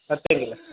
सत्यमेव